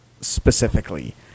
specifically